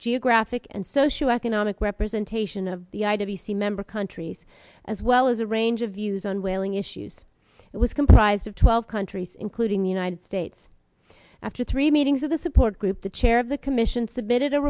geographic and socioeconomic representation of the i w c member countries as well as a range of views on whaling issues it was comprised of twelve countries including the united states after three meetings with the support group the chair of the commission submitted a